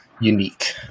unique